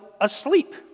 asleep